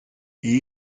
est